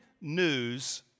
news